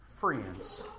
friends